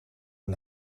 een